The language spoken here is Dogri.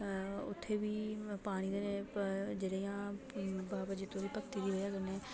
उत्थै बी पानी दियां जेह्ड़ियां बाबा जित्तो दी भगती दी बजह् कन्नै